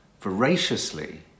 voraciously